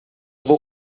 vou